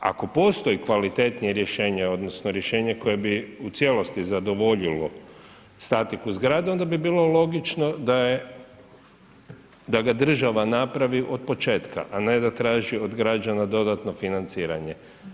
Ako postoji kvalitetnije rješenje odnosno rješenje koje bi u cijelosti zadovoljilo statiku zgrade onda bi bilo logično da je, da ga država napravi od početka, a ne da traži od građana dodatno financiranje.